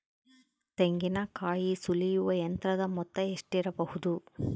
ತೆಂಗಿನಕಾಯಿ ಸುಲಿಯುವ ಯಂತ್ರದ ಮೊತ್ತ ಎಷ್ಟಿರಬಹುದು?